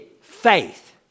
faith